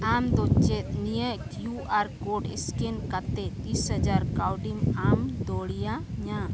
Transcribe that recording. ᱟᱢ ᱫᱚ ᱪᱮᱫ ᱱᱤᱭᱟᱹ ᱠᱤᱭᱩ ᱟᱨ ᱠᱳᱰ ᱥᱠᱮᱱ ᱠᱟᱛᱮᱫ ᱛᱤᱥ ᱦᱟᱡᱟᱨ ᱠᱟᱣᱰᱤᱢ ᱮᱢ ᱫᱟᱲᱮᱭᱟᱹᱧᱟᱹ